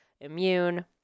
immune